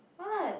what